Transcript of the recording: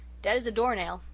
dead as a door nail,